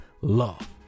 love